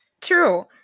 True